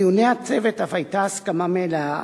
בדיוני הצוות אף היתה הסכמה מלאה,